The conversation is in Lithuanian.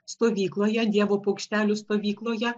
stovykloje dievo paukštelių stovykloje